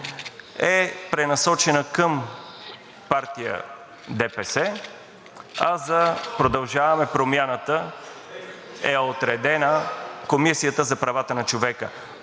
е пренасочена към партия ДПС, а за „Продължаваме Промяната“ е отредена Комисията за правата на човека.